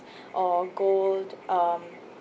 or gold um